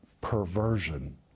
perversion